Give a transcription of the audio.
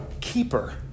keeper